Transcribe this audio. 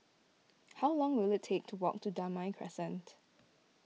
how long will it take to walk to Damai Crescent